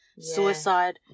suicide